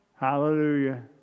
Hallelujah